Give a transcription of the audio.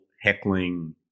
heckling